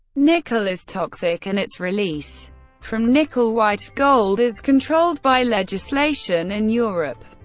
nickel is toxic, and its release from nickel white gold is controlled by legislation in europe.